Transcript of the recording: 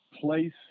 place